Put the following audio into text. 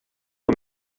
que